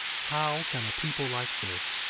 how can a people like this,